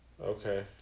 Okay